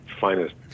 finest